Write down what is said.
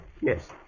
Yes